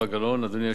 אדוני היושב-ראש,